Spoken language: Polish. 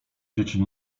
dzieci